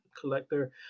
collector